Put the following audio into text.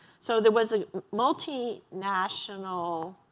so there was a multinational